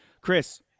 Chris